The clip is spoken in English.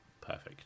Perfect